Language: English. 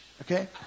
Okay